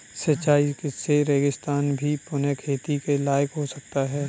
सिंचाई से रेगिस्तान भी पुनः खेती के लायक हो सकता है